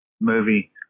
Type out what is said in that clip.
movie